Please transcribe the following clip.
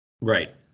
Right